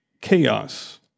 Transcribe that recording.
chaos